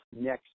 next